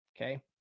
Okay